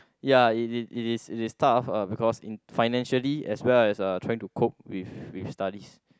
ya it it is it is tough uh because in financially as well as uh trying to cope with with studies